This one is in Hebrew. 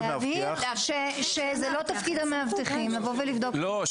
להבהיר שזה לא תפקיד המאבטחים לבדוק --- לא,